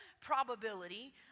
probability